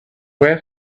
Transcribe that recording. where